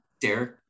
Derek